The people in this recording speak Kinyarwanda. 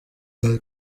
nka